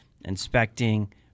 inspecting